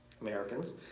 Americans